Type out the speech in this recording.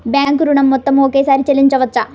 Bank ఋణం మొత్తము ఒకేసారి చెల్లించవచ్చా?